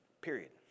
Period